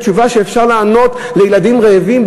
זאת תשובה שאפשר לענות לילדים רעבים?